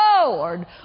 Lord